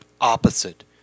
opposite